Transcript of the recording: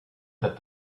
that